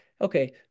okay